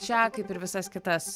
šią kaip ir visas kitas